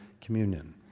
communion